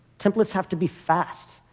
templates have to be fast.